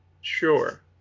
Sure